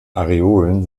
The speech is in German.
areolen